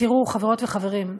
תראו, חברות וחברים,